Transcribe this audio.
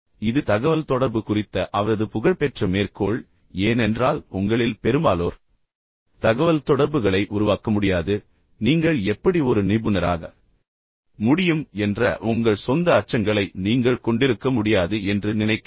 இது தகவல்தொடர்பு குறித்த அவரது புகழ்பெற்ற மேற்கோள் ஏனென்றால் உங்களில் பெரும்பாலோர் நான் இதைச் சொல்லும்போது கூட நீங்கள் தகவல்தொடர்புகளை உருவாக்க முடியாது நீங்கள் எப்படி ஒரு நிபுணராக முடியும் என்ற உங்கள் சொந்த அச்சங்களை நீங்கள் கொண்டிருக்க முடியாது என்று நினைக்கிறீர்கள்